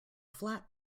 flat